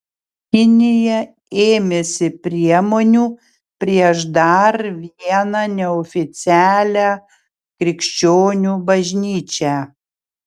kinija ėmėsi priemonių prieš dar vieną neoficialią krikščionių bažnyčią